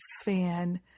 fan